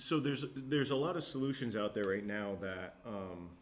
so there's a there's a lot of solutions out there right now that